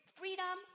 freedom